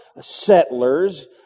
settlers